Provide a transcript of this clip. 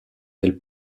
elle